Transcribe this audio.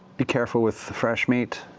be careful with the fresh meat.